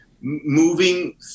moving